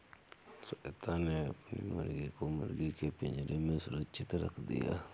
श्वेता ने अपनी मुर्गी को मुर्गी के पिंजरे में सुरक्षित रख दिया